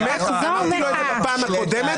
אמרתי לו את זה בפעם הקודמת.